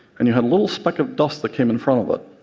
and you had a little speck of dust that came in front of it.